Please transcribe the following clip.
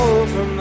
over